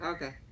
Okay